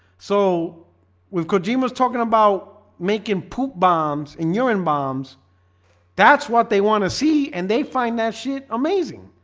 so with kojima's talking about making poop bombs in urine bombs that's what they want to see and they find that shit amazing